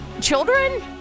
children